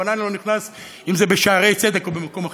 בכוונה אני לא נכנס אם זה בשערי צדק או במקום אחר,